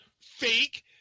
fake